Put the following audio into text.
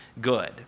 good